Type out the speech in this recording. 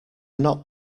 not